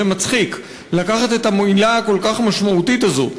מצחיק לקחת את המילה הכל-כך משמעותית הזו,